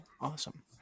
Awesome